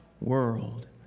world